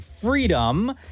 freedom